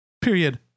Period